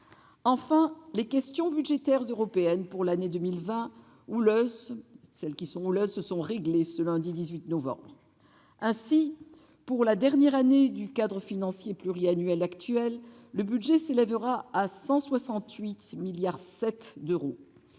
houleuses -questions budgétaires européennes pour l'année 2020 ont été réglées ce lundi 18 novembre. Ainsi, pour le dernier exercice du cadre financier pluriannuel actuel, le budget s'élèvera à 168,7 milliards d'euros,